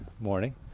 Morning